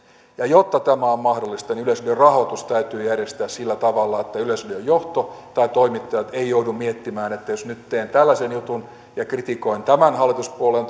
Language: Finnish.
ja jotta tämä on mahdollista niin yleisradion rahoitus täytyy järjestää sillä tavalla että yleisradion johto tai toimittajat eivät joudu miettimään että jos nyt teen tällaisen jutun ja kritikoin tämän hallituspuolueen